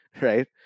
right